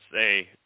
say